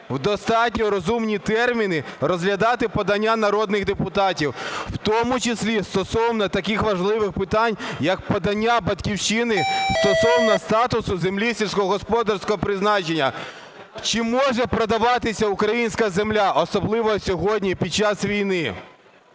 в достатньо розумні терміни розглядати подання народних депутатів, в тому числі стосовно таких важливих питань, як подання "Батьківщини" стосовно статусу землі сільськогосподарського призначення. Чи може продаватися українська земля, особливо сьогодні, під час війни?